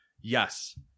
Yes